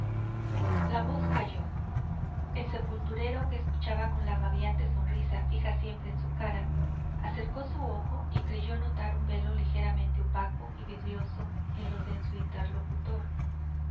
la voz calló el sepulturero que escuchaba con la babeante sonrisa fija siempre en su cara acercó su ojo y creyó notar un velo ligeramente opaco y vidrioso en los de su interlocutor